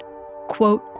Quote